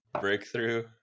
Breakthrough